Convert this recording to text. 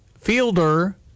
fielder